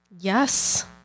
Yes